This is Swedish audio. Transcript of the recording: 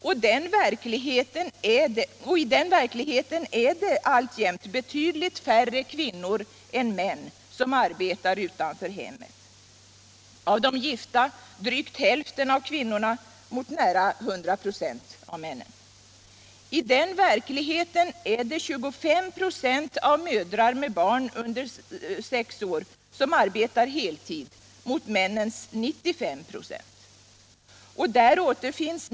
Och i den verkligheten är det alltjämt betydligt färre kvinnor än män som arbetar utanför hemmet — av de gifta drygt hälften av kvinnorna mot nära 100 926 av männen. I den verkligheten är det 25 96 av mödrar med barn under sex år som arbetar heltid mot männens 95 96.